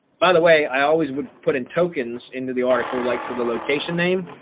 by the way, i always would put in tokens into the article, like for the location name,